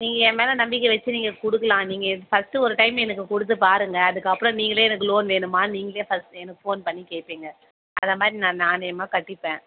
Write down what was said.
நீங்கள் என் மேலே நம்பிக்கை வச்சு நீக்க கொடுக்குலாம் நீங்கள் ஃபஸ்ட்டு ஒரு டைம் எனக்கு கொடுத்து பாருங்கள் அதுக்கு அப்புறம் நீங்களே எனக்கு லோன் வேணுமான்னு நீங்களே ஃபஸ்ட்டு எனக்கு ஃபோன் பண்ணி கேட்பீங்க அதைமாரி நான் நாணயமாக கட்டிப்பேன்